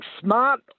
Smart